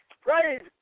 Praise